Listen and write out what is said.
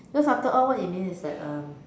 so started on what it means is that um